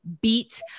beat